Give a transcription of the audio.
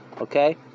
Okay